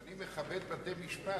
אבל אני מכבד בתי-משפט.